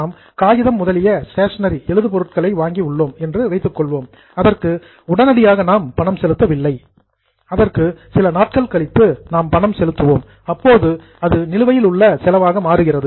நாம் காகிதம் முதலிய ஸ்டேஷனரி எழுது பொருட்களை வாங்கி உள்ளோம் என்று வைத்துக்கொள்வோம் அதற்கு உடனடியாக நாம் பணம் செலுத்த வில்லை அதற்கு சில நாட்கள் கழித்து நாம் பணம் செலுத்துவோம் அப்போது அது நிலுவையில் உள்ள செலவாக மாறுகிறது